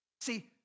See